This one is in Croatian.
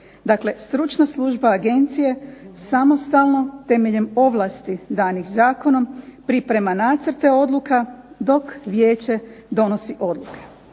Dakle stručna služba agencije samostalno, temeljem ovlasti danih zakonom, priprema nacrte odluka, dok vijeće donosi odluke.